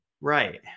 Right